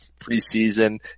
preseason